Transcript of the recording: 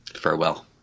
Farewell